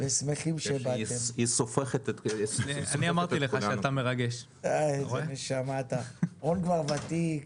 זה משהו שאני מתקשה להבין איך הוא עובד במינהל